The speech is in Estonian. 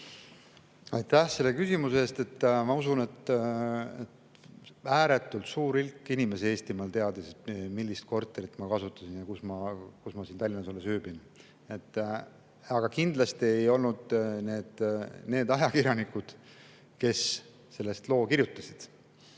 Aitäh selle küsimuse eest! Ma usun, et ääretult suur hulk inimesi Eestimaal teadis, millist korterit ma kasutasin ja kus ma Tallinnas ööbin, aga kindlasti ei olnud need ajakirjanikud, kes sellest loo kirjutasid.